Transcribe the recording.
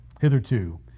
hitherto